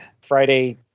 Friday